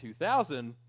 2000